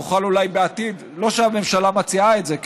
לא שהממשלה מציעה את זה,